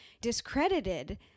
discredited